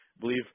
believe